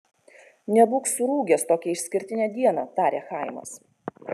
nebūk surūgęs tokią išskirtinę dieną tarė chaimas